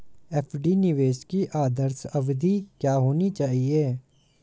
FD निवेश की आदर्श अवधि क्या होनी चाहिए?